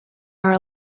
are